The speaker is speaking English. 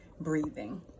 breathing